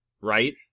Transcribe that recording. Right